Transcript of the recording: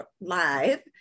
Live